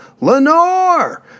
Lenore